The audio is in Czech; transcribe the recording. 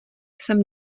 jsem